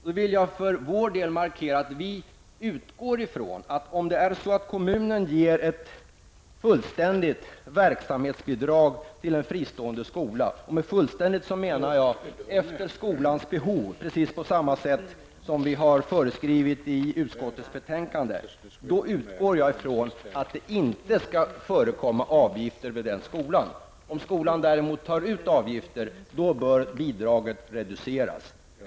Jag vill för vår del markera att vi utgår ifrån att om kommunen ger ett fullständigt verksamhetsbidrag till en fristående skola -- och med fullständigt menar jag att det utgår efter skolans behov precis på samma sätt som föreskrivits i utskottets betänkande -- att det inte skall förekomma avgifter vid den skolan. Om skolan däremot tar ut avgifter bör bidraget reduceras. Herr talman!